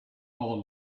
all